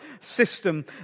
system